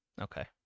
Okay